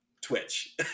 twitch